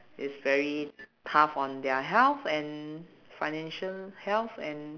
is very tough on their health and financial health and